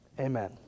amen